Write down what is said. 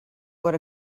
what